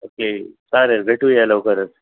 okay चालेल भेटूया लवकरच